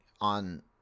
on